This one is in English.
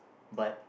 but